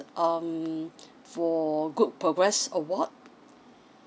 um for good progress award